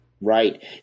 Right